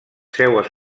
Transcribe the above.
seues